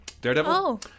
daredevil